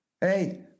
hey